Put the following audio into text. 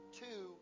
two